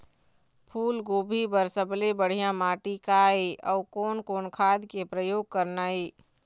फूलगोभी बर सबले बढ़िया माटी का ये? अउ कोन कोन खाद के प्रयोग करना ये?